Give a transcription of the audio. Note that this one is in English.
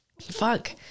Fuck